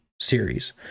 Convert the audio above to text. series